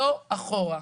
לא אחורה.